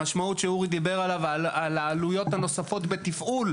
המשמעות שאורי דיבר עליה על העלויות הנוספות בתפעול,